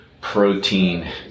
protein